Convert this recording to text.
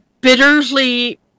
bitterly